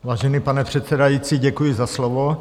Vážený pane předsedající, děkuji za slovo.